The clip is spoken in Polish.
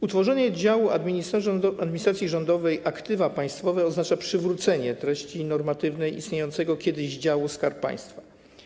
Utworzenie działu administracji rządowej: aktywa państwowe oznacza przywrócenie treści normatywnej dotyczącej istniejącego kiedyś działu: Skarb Państwa.